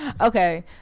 Okay